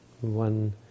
One